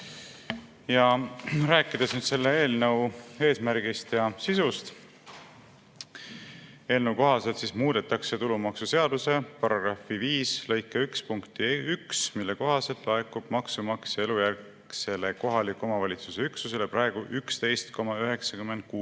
Räägin selle eelnõu eesmärgist ja sisust. Eelnõu kohaselt muudetakse tulumaksuseaduse § 5 lõike 1 punkti 1, mille kohaselt laekub maksumaksja elujärgsele kohaliku omavalitsuse üksusele praegu 11,96%